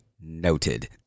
noted